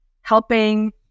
helping